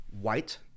white